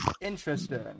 Interesting